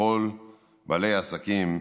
ככל בעלי העסקים,